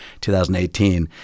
2018